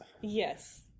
Yes